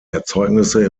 erzeugnisse